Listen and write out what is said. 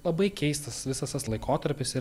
labai keistas visas tas laikotarpis ir